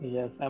Yes